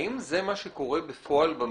האם זה מה שקורה בפועל במציאות?